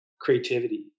creativity